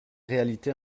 réalité